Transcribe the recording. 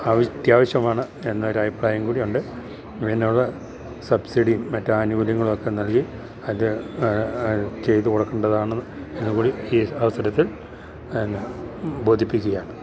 അത്യാവശ്യമാണെന്നൊരു അഭിപ്രായം കൂടിയുണ്ട് ഇതിനുള്ള സബ്സിഡിയും മറ്റാനുകൂല്യങ്ങളുമൊക്കെ നൽകി അത് ചെയ്തു കൊടുക്കേണ്ടതാണെന്നുകൂടി ഈ അവസരത്തിൽ ബോധിപ്പിക്കുകയാണ്